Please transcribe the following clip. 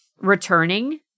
returning